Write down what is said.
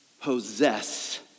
possess